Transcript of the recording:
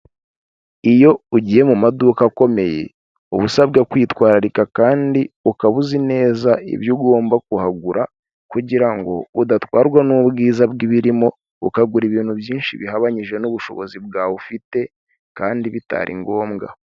Iyo ugiye mu maduka akomeye; uba usabwa kwitwararika kandi ukaba uzi neza ibyo ugomba kuhagura, kugira ngo udatwarwa n'ubwiza bw'birimo, ukagura ibintu byinshi bihabanyije n'ubushobozi bwawe ufite; kandi bitari ngombwa.